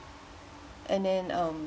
and then um